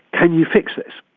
can you fix this?